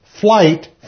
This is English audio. flight